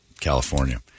California